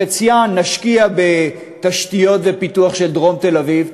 את חציים נשקיע בתשתיות ובפיתוח של דרום תל-אביב,